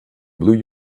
blue